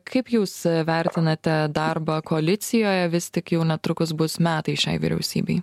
kaip jūs vertinate darbą koalicijoje vis tik jau netrukus bus metai šiai vyriausybei